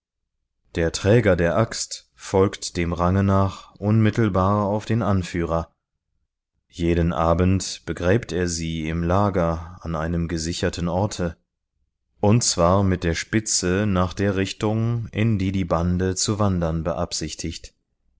der träger der axt folgt dem range nach unmittelbar auf den anführer jeden abend begräbt er sie im lager an einem gesicherten orte und zwar mit der spitze nach der richtung in der die bande zu wandern beabsichtigt